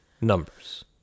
numbers